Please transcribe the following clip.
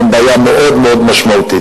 הם בעיה מאוד מאוד משמעותית.